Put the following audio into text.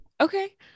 okay